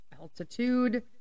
altitude